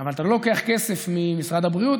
אבל אתה לוקח כסף ממשרד הבריאות?